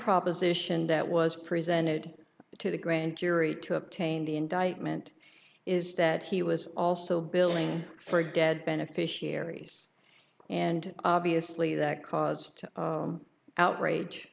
proposition that was presented to the grand jury to obtain the indictment is that he was also billing for dead beneficiaries and obviously that caused outrage